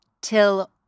Till